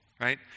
right